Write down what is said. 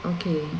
okay